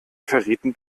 verrieten